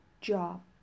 job